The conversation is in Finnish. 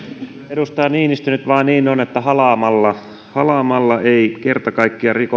edustaja niinistö nyt vain niin on että halaamalla ei kerta kaikkiaan